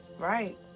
right